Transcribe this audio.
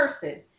person